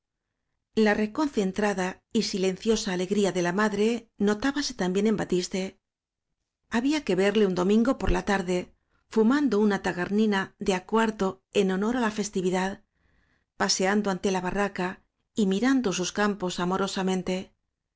la reconcentrada y silenciosa alegría de la madre notábase también en batiste había que verle un domingo por la tarde fumando una tagarnina de á cuarto en honor á la festividad paseando ante la barraca y mi rando sus campos amorosamente